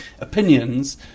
opinions